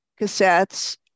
cassettes